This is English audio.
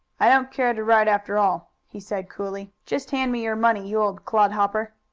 i don't care to ride, after all, he said coolly. just hand me your money, you old clodhopper.